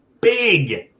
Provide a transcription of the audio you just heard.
big